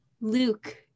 Luke